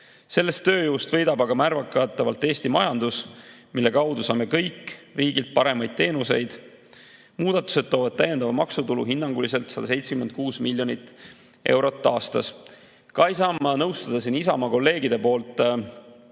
Selles tööjõust võidab aga märgatavalt Eesti majandus, mille kaudu saame kõik riigilt paremaid teenuseid. Muudatused toovad täiendava maksutulu hinnanguliselt 176 miljonit eurot aastas. Samuti ei saa ma nõustuda siin Isamaa kolleegide